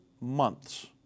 months